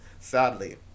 sadly